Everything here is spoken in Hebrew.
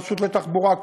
הרשות לתחבורה,